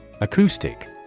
Acoustic